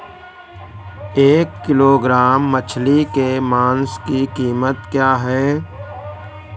एक किलोग्राम मछली के मांस की कीमत क्या है?